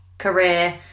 career